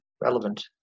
relevant